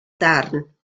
darn